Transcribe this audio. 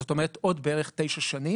זאת אומרת עוד בערך 9 שנים,